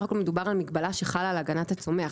הכל מדובר על מגבלה שחלה על הגנת הצומח.